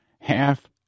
half